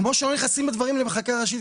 כמו שלא נכנסים בדברים האלה בחקיקה ראשית